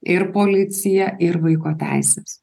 ir policija ir vaiko teisės